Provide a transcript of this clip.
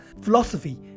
philosophy